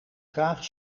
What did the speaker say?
graag